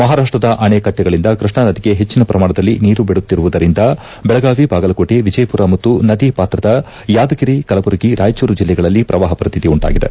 ಮಹಾರಾಷ್ಟದ ಅಣೆಕಟ್ಟಿಗಳಿಂದ ಕೃಷ್ಣಾ ನದಿಗೆ ಹೆಚ್ಚಿನ ಪ್ರಮಾಣದಲ್ಲಿ ನೀರು ಬಿಡುತ್ತಿರುವುದರಿಂದ ಬೆಳಗಾವಿ ಬಾಗಲಕೋಟೆ ವಿಜಯಪುರ ಮತ್ತು ನದಿ ಪಾತ್ರದ ಯಾದಗಿರಿ ಕಲಬುರಗಿ ರಾಯಚೂರು ಜಿಲ್ಲೆಗಳಲ್ಲಿ ಪ್ರವಾಹ ಪರಿಸ್ಥಿತಿ ಉಂಟಾಗಿದೆ